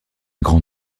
grand